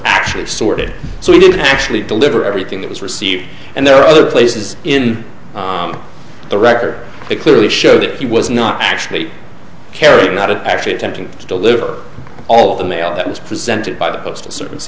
actually sorted so he didn't actually deliver everything it was received and there are other places in the record that clearly show that he was not actually carrying not to actually attempting to deliver all the mail that was presented by the postal service